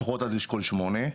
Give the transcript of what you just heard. לפחות עד אשכול שמונה.